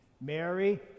Mary